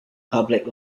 public